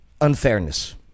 unfairness